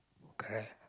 correct